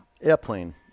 airplane